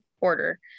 order